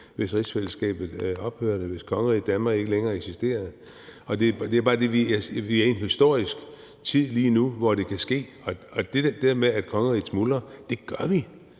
hvis rigsfællesskabet ophørte, og hvis kongeriget Danmark ikke længere eksisterede. Vi er i en historisk tid lige nu, hvor det kan ske. Og til det der med, at kongeriget smuldrer: Det gør vi.